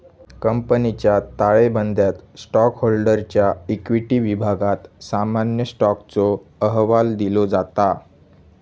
कंपनीच्या ताळेबंदयात स्टॉकहोल्डरच्या इक्विटी विभागात सामान्य स्टॉकचो अहवाल दिलो जाता